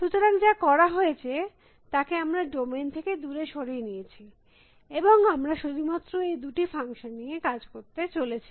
সুতরাং যা করা হয়েছে তাকে আমরা ডোমেইন থেকে দুরে সরিয়ে নিয়েছি এবং আমরা শুধুমাত্র এই দুটি ফাংশন নিয়ে কাজ করতে চলেছি